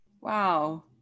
Wow